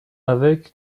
avec